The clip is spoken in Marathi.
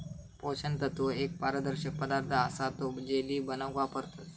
पोषण तत्व एक पारदर्शक पदार्थ असा तो जेली बनवूक वापरतत